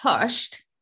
pushed